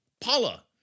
Paula